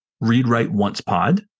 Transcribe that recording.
Read-write-once-pod